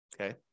Okay